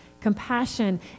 compassion